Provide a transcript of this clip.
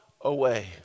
away